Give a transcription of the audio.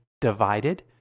divided